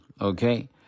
okay